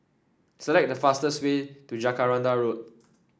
select the fastest way to Jacaranda Road